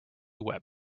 web